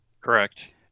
correct